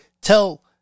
tell